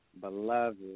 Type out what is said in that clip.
Beloved